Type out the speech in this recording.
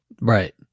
Right